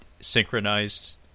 synchronized